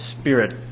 spirit